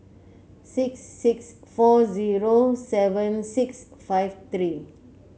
six six four zero seven six five three